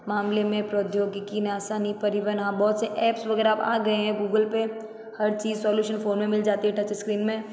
मामले में प्रौद्योगिकी आसानी हाँ बहुत से ऐप वगैरह अब आ गए हैं गूगल पर हर चीज़ सलूशन फ़ोन में मिल जाती है टच स्क्रीन में